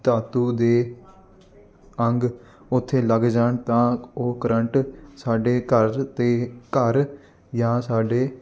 ਧਾਤੂ ਦੇ ਅੰਗ ਉੱਥੇ ਲੱਗ ਜਾਣ ਤਾਂ ਉਹ ਕਰੰਟ ਸਾਡੇ ਘਰ 'ਤੇ ਘਰ ਜਾਂ ਸਾਡੇ